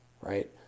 right